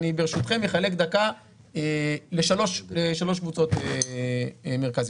ברשותכם אני אחלק לשלוש קבוצות מרכזיות.